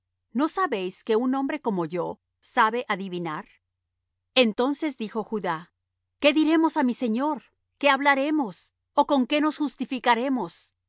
no sabéis que un hombre como yo sabe adivinar entonces dijo judá qué diremos á mi señor qué hablaremos ó con qué nos justificaremos dios